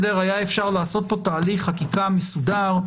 היה אפשר לעשות פה תהליך חקיקה מסודר,